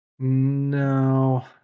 no